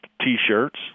T-shirts